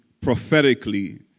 prophetically